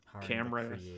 camera